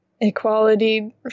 equality